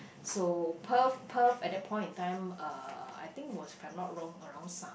so Perth Perth at that point of time uh I think was if I not wrong around su~